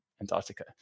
Antarctica